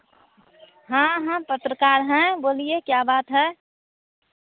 हाँ हाँ पत्रकार हैं बोलिए क्या बात है